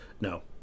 No